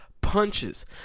punches